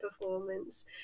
performance